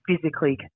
physically